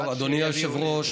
אדוני היושב-ראש,